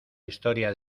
historia